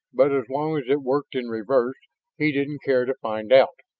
but as long as it worked in reverse he didn't care to find out.